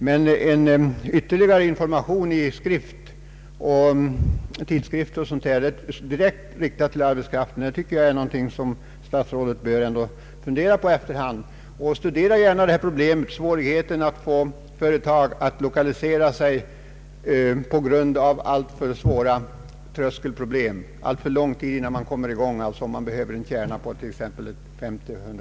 Men en ytterligare information i skrift — t.ex. i tidskrifter — direkt riktad till arbetskraften är någonting som statsrådet bör fundera på efter hand. Studera gärna hur svårt det är att få företag att lokalisera sig på grund av de stora tröskelproblem av olika slag som föreligger!